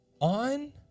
On